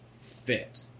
fit